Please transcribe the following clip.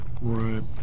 Right